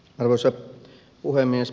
arvoisa puhemies